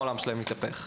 יפה.